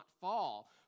fall